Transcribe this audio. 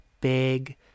big